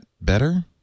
better